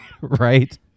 right